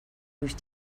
durch